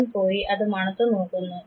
അവൻ പോയി അത് മണത്തു നോക്കുന്നു